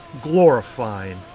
glorifying